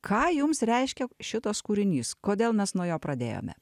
ką jums reiškia šitas kūrinys kodėl mes nuo jo pradėjome